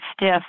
stiff